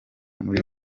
muri